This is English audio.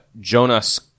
Jonas